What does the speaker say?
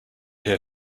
here